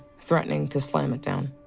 threatening to slam it down.